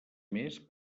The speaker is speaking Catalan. més